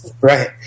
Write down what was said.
Right